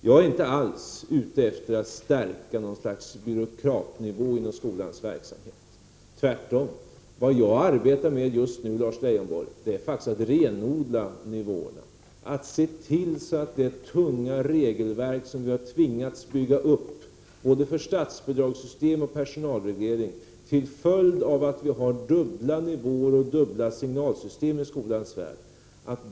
Jag är inte alls ute efter att stärka något slags byråkratnivå inom skolans verksamhet, tvärtom. Vad jag arbetar med just nu, Lars Leijonborg, är faktiskt att renodla nivåerna, att se till att regelverket radikalt skall kunna förenklas — det tunga regelverk vi har tvingats bygga upp både för statsbidragssystem och personalreglering till följd av att vi har dubbla nivåer och dubbla signalsystem.